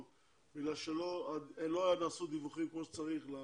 כיוון שלא נעשו דיווחים כמו שצריך על